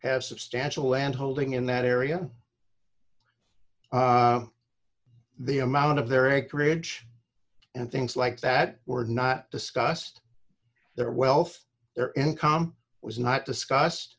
have substantial landholding in that area the amount of their acreage and things like that were not discussed their wealth their income was not discussed